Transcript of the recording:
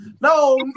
No